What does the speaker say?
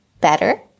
better